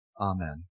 Amen